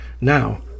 now